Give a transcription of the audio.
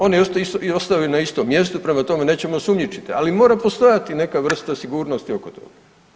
Oni ostaju na istom mjestu, prema tome, nećemo sumnjičiti ali mora postojati neka vrsta sigurnosti oko toga.